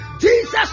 jesus